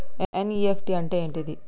NEFT అంటే ఏంటిది?